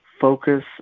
focus